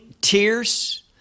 tears